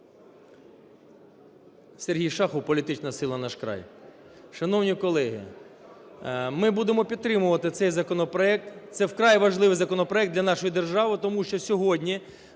Сергій Шахов, політична сила "Наш край". Шановні колеги, ми будемо підтримувати цей законопроект. Це вкрай важливий законопроект для нашої держави, тому що сьогодні